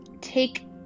take